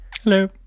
Hello